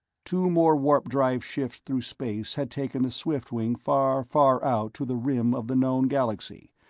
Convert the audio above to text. two more warp-drive shifts through space had taken the swiftwing far, far out to the rim of the known galaxy,